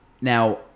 now